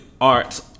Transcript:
Arts